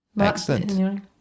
Excellent